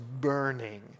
burning